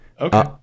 okay